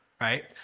right